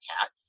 cat